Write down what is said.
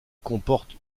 comporte